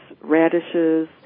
radishes